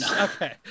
okay